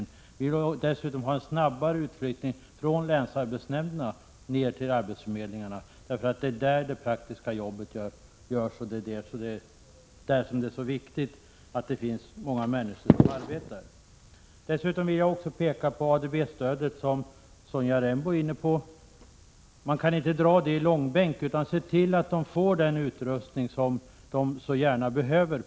Vi vill dessutom ha en snabbare utflyttning av tjänster från länsarbetsnämnder till arbetsförmedlingar, därför att det är där det praktiska arbetet utförs, och det är där det är viktigt att det finns många som arbetar. Sedan vill jag litet beröra ADB-stödet, som Sonja Rembo också var inne på. Man kan inte dra frågan i långbänk, utan man måste se till att arbetsförmedlingarna får den utrustning som de behöver.